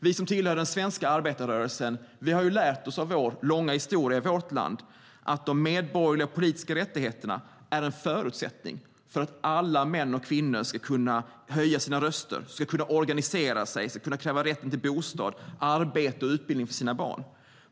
Vi som tillhör den svenska arbetarrörelsen har lärt oss av vår långa historia i vårt land att de medborgerliga och politiska rättigheterna är en förutsättning för att alla män och kvinnor ska kunna höja sina röster, organisera sig och kräva rätten till bostad och arbete och utbildning för sina barn.